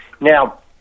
Now